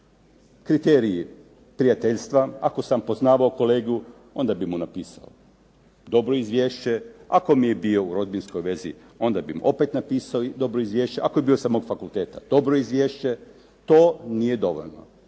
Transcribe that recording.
kriteriji prijateljstva. Ako sam poznavao kolegu onda bi mu napisao dobro izvješće. Ako mi je bio u rodbinskoj vezi onda bi mu opet napisao dobro izvješće. Ako je bio sa mog fakulteta dobro izvješće. To nije dovoljno.